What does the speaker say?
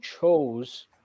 chose